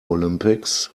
olympics